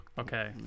Okay